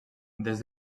des